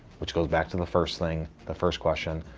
which goes back to the first thing, the first question.